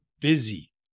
busy